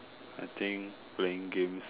I think playing games